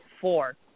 four